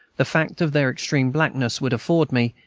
the fact of their extreme blackness would afford me,